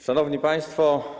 Szanowni Państwo!